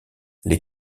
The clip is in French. les